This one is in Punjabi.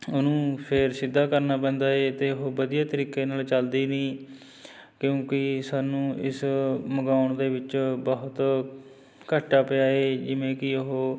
ਉਹਨੂੰ ਫਿਰ ਸਿੱਧਾ ਕਰਨਾ ਪੈਂਦਾ ਏ ਅਤੇ ਉਹ ਵਧੀਆ ਤਰੀਕੇ ਨਾਲ ਚੱਲਦੀ ਨਹੀਂ ਕਿਉਂਕਿ ਸਾਨੂੰ ਇਸ ਮੰਗਵਾਉਣ ਦੇ ਵਿੱਚ ਬਹੁਤ ਘਾਟਾ ਪਿਆ ਏ ਜਿਵੇਂ ਕਿ ਉਹ